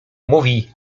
mówi